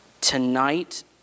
Tonight